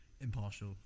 impartial